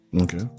Okay